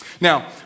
Now